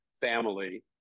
family